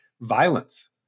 violence